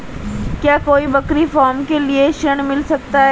क्या कोई बकरी फार्म के लिए ऋण मिल सकता है?